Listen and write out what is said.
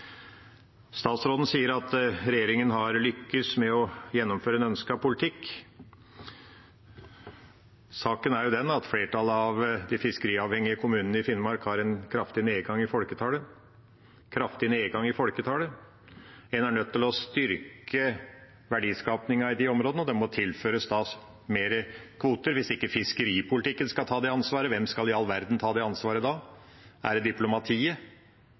Statsråden sier at regjeringa har lyktes med å gjennomføre en ønsket politikk. Saken er den at flertallet av de fiskeriavhengige kommunene i Finnmark har en kraftig nedgang i folketallet. En er nødt til å styrke verdiskapingen i de områdene, og det må tilføres mer kvoter. Hvis ikke fiskeripolitikken skal ta det ansvaret, hvem i all verden skal ta det ansvaret da? Er det diplomatiet?